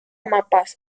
mapas